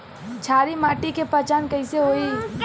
क्षारीय माटी के पहचान कैसे होई?